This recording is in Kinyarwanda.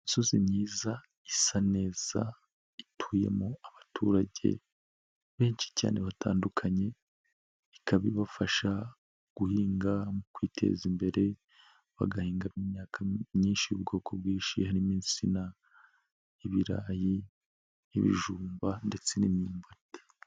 Imisozi myiza, isa neza, ituyemo abaturage benshi cyane batandukanye, ikaba ibafasha guhinga, mu kwiteza imbere, bagahinga imyaka myinshi, ubwoko bwinshi n'insina, ibirayi ibijumba ndetse n'imyumbati.